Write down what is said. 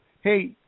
hey